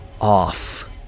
off